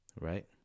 Right